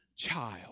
Child